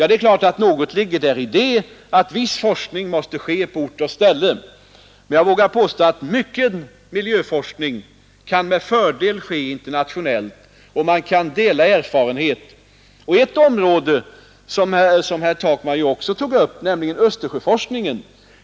Det är klart att något ligger det i att en viss forskning måste ske på ort och ställe, men mycken miljöforskning kan med fördel ske internationellt så att man kan dela erfarenheterna. Herr Takman nämnde Östersjöforskningen.